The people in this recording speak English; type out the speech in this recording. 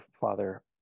father